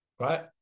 Right